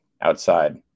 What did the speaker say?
outside